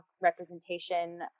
representation